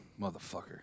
Motherfucker